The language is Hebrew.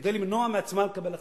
כדי למנוע מעצמה לקבל החלטות.